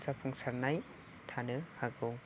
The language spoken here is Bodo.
जाफुंसारनाय थानो हागौ